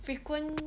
frequent